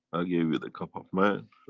i gave you the cup of man.